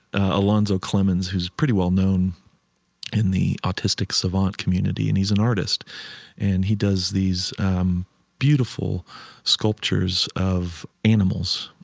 alonzo clemons, who's pretty well-known in the autistic savant community. and he's an artist and he does these um beautiful sculptures of animals.